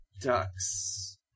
Ducks